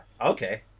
Okay